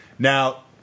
Now